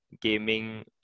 gaming